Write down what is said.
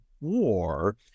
war